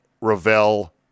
Ravel